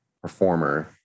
performer